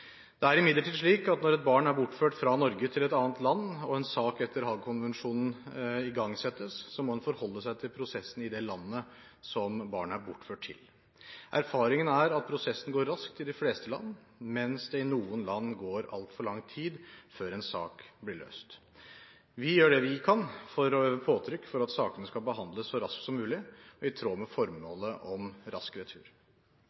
Det er imidlertid slik at når et barn er bortført fra Norge til et annet land og en sak etter Haag-konvensjonen igangsettes, må en forholde seg til prosessen i det landet som barnet er bortført til. Erfaringene er at prosessen går raskt i de fleste land, mens det i noen land går altfor lang tid før en sak blir løst. Vi gjør det vi kan for å øve påtrykk for at sakene skal behandles så raskt som mulig og i tråd med